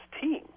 team